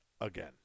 again